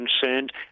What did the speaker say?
concerned